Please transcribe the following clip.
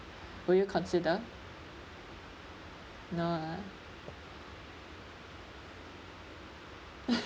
will you consider no ah